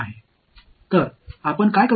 எனவே நீங்கள் என்ன செய்ய முடியும்